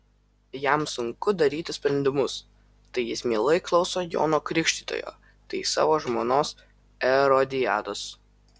jam sunku daryti sprendimus tai jis mielai klauso jono krikštytojo tai savo žmonos erodiados